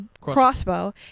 crossbow